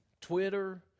Twitter